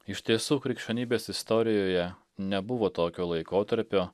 iš tiesų krikščionybės istorijoje nebuvo tokio laikotarpio